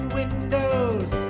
windows